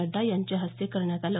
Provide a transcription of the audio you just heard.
नड्डडा यांच्या हस्ते करण्यात आलं